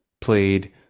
played